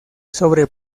sobre